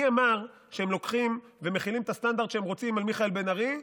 מי אמר שהם לוקחים ומחילים את הסטנדרט שהם רוצים על מיכאל בן ארי,